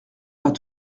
pas